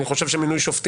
נדמה לי שבגרמניה